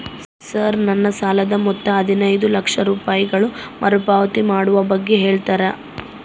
Sir ನನ್ನ ಸಾಲದ ಮೊತ್ತ ಹದಿನೈದು ಲಕ್ಷ ರೂಪಾಯಿಗಳು ಮರುಪಾವತಿ ಮಾಡುವ ಬಗ್ಗೆ ಹೇಳ್ತೇರಾ?